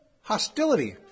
hostility